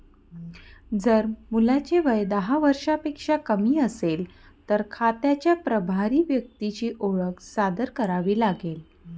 जर मुलाचे वय दहा वर्षांपेक्षा कमी असेल, तर खात्याच्या प्रभारी व्यक्तीची ओळख सादर करावी लागेल